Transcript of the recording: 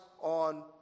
on